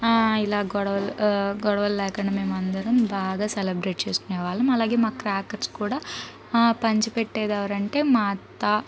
ఇలా గొడవల్ గొడవలు లేకుండా మేమందరం బాగా సెలబ్రేట్ చేసుకునే వాళ్ళం అలాగే మాకు క్రాకర్స్ కూడా పంచిపెట్టేది ఎవరంటే మా అత్త